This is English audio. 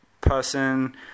person